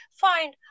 fine